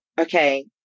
okay